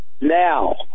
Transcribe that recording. Now